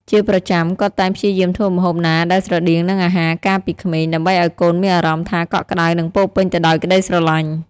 ជាប្រចាំ គាត់តែងព្យាយាមធ្វើម្ហូបណាដែលស្រដៀងនឹងអាហារការពីក្មេង ដើម្បីអោយកូនមានអារម្មណ៍ថាកក់ក្តៅនិងពោរពេញទៅដោយក្ដីស្រឡាញ់។